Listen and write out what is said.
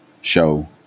show